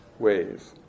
ways